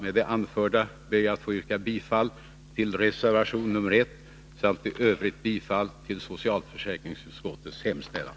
Med det anförda ber jag att få yrka bifall till reservation nr 1 samt i övrigt bifall till socialförsäkringsutskottets hemställan.